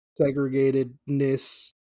segregatedness